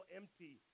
empty